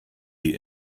wie